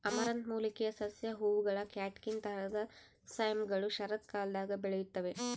amaranth ಮೂಲಿಕೆಯ ಸಸ್ಯ ಹೂವುಗಳ ಕ್ಯಾಟ್ಕಿನ್ ತರಹದ ಸೈಮ್ಗಳು ಶರತ್ಕಾಲದಾಗ ಬೆಳೆಯುತ್ತವೆ